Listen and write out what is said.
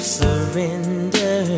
surrender